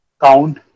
count